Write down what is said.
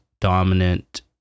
dominant